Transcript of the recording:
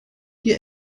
die